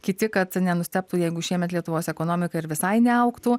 kiti kad nenustebtų jeigu šiemet lietuvos ekonomika ir visai neaugtų